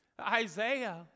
Isaiah